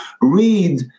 read